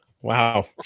Wow